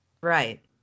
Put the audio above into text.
Right